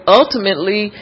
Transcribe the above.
ultimately